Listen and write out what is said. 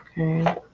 Okay